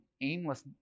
aimless